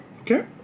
Okay